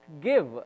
give